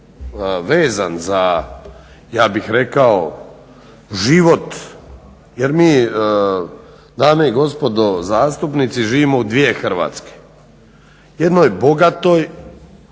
vezan za ja bih rekao život jer mi dame i gospodo zastupnici živimo u dvije Hrvatske – jednoj bogatoj